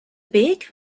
big